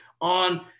on